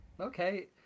okay